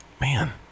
Man